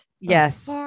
Yes